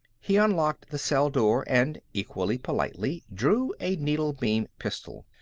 he unlocked the cell door and, equally politely, drew a needle-beam pistol.